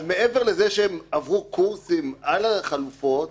אז מעבר לזה שהן עברו קורסים על החלופות,